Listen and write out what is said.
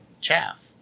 chaff